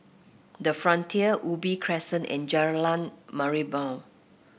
the Frontier Ubi Crescent and Jalan Merlimau